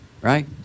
right